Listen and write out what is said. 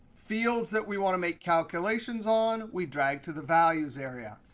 fields that we want to make calculations on, we drag to the values area.